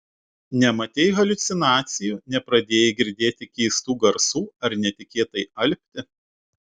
nematei haliucinacijų nepradėjai girdėti keistų garsų ar netikėtai alpti